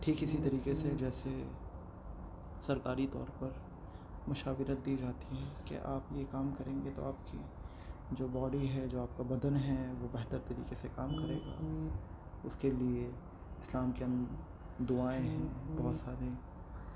ٹھیک اسی طریقے سے جیسے سرکاری طور پر مشاورت دی جاتی ہے کہ آپ یہ کام کریں گے تو آپ کی جو باڈی ہے جو آپ کا بدن ہے وہ بہتر طریقے سے کام کرے گا اس کے لیے اسلام کے دعائیں ہیں بہت سارے